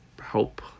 help